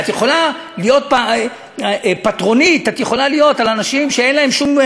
את יכולה להיות פטרונית על אנשים שאין להם שום,